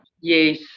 Yes